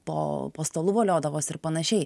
po po stalu voliodavosi ir panašiai